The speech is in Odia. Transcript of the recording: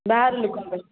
ବାହାର ଲୋକପାଇଁ